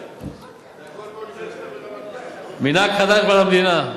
זה הכול באוניברסיטה, מנהג חדש בא למדינה,